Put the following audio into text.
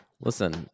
Listen